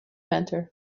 panther